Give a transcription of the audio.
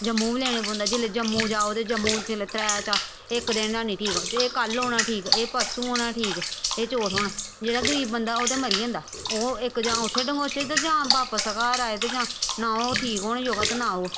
जम्मू बी लैने पौंदा जेल्लै जम्मू जाओ ते जम्मू जेल्लै त्रै चार इक दिन हैनी ठीक जेह्ड़े कल होना ठीक एह् परसूं होना ठीक एह् चौथ होना जेह्ड़ा गरीब बंदा ओह् ते मरी जंदा ओह् इक जां उत्थै डंगोचै ते जां बापस घर आए ते जां ना ओह् ठीक होना जोगा ते ना ओह्